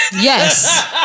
Yes